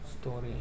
story